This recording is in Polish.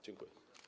Dziękuję.